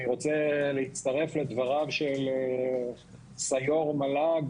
אני רוצה להצטרף לדבריו של סיו"ר מל"ג,